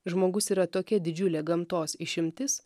žmogus yra tokia didžiulė gamtos išimtis